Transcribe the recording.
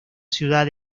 ciudad